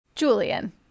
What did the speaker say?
Julian